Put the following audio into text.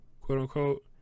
quote-unquote